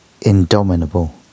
Indomitable